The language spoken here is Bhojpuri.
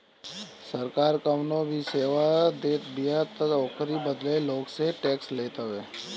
सरकार कवनो भी सेवा देतबिया तअ ओकरी बदले लोग से टेक्स लेत हवे